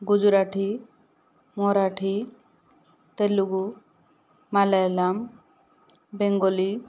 Gujarati Marathi Telugu Malayalam Bengali